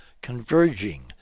converging